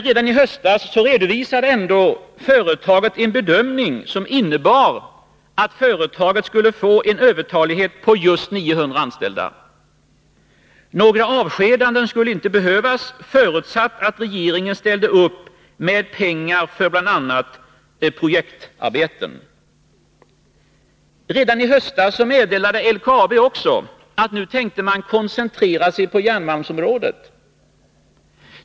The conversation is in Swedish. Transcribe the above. Redan i höstas redovisade företaget en bedömning, som innebar att företaget skulle få en övertalighet på just 900 anställda. Några avskedanden skulle inte behövas — förutsatt att regeringen ställde upp med pengar för bl.a. projektarbeten. Redan i höstas meddelade LKAB också att man nu tänkte koncentrera på järnmalmsområdet.